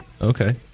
Okay